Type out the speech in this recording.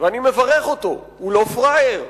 ואני מברך אותו, הוא לא פראייר,